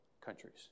countries